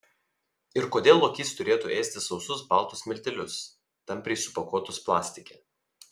ir kodėl lokys turėtų ėsti sausus baltus miltelius tampriai supakuotus plastike